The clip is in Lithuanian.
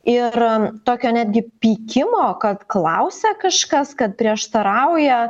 ir tokio netgi pykimo kad klausia kažkas kad prieštarauja